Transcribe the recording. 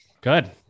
Good